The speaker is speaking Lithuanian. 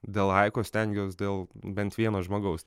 dėl laiko stengiuos dėl bent vieno žmogaus